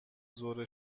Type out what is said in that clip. ظهر